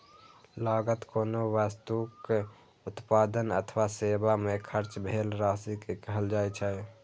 लागत कोनो वस्तुक उत्पादन अथवा सेवा मे खर्च भेल राशि कें कहल जाइ छै